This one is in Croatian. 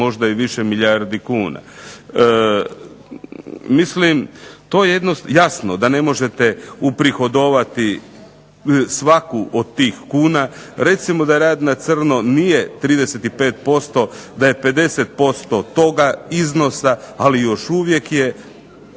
možda i više milijardi kuna. Mislim jasno da ne možete uprihodovati svaku od tih kuna. Recimo da rad na crno nije 35%, da je 50% toga iznosa, ali još uvijek